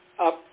up